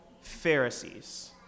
Pharisees